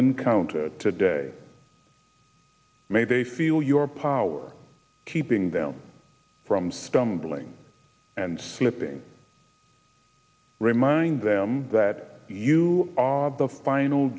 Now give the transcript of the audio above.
encounter today may day feel your power keeping them from stumbling and slipping remind them that you are the final